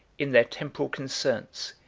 in their temporal concerns,